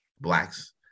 Blacks